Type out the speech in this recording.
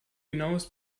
genaues